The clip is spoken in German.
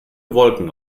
wolken